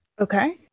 okay